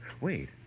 Wait